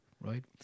right